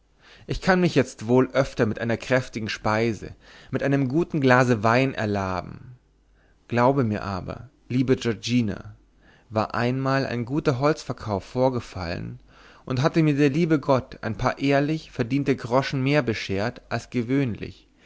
ich kann mich jetzt wohl öfter mit einer kräftigen speise mit einem glase wein erlaben glaube mir aber liebe giorgina war einmal ein guter holzverkauf vorgefallen und hatte mir der liebe gott ein paar ehrlich verdiente groschen mehr beschert als gewöhnlich